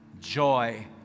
joy